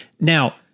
now